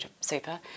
super